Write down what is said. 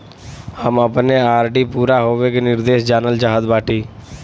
हम अपने आर.डी पूरा होवे के निर्देश जानल चाहत बाटी